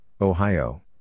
Ohio